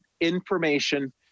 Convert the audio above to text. information